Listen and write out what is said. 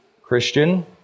Christian